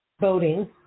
voting